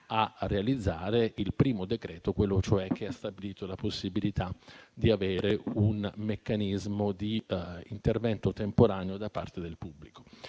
a realizzare il primo decreto, quello cioè che ha stabilito la possibilità di avere un meccanismo di intervento temporaneo da parte del pubblico.